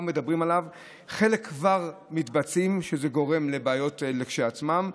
חלק כבר מתבצע, וזה גורם לבעיות כשלעצמן.